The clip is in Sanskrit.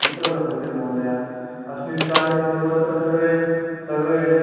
कुत्र लभ्यते महोदय अस्मिन् काले सर्वत्र सर्वे सर्वे